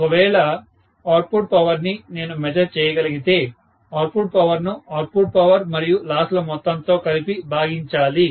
ఒకవేళ output power ని నేను మెజర్ చేయగలిగితే అవుట్పుట్ పవర్ ను అవుట్పుట్ పవర్ మరియు లాస్ ల మొత్తంతో కలిపి భాగించాలి